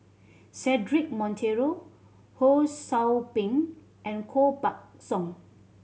Cedric Monteiro Ho Sou Ping and Koh Buck Song